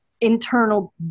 internal